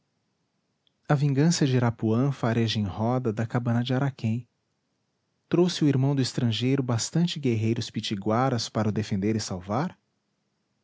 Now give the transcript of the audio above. a vingança de irapuã fareja em roda da cabana de araquém trouxe o irmão do estrangeiro bastantes guerreiros pitiguaras para o defender e salvar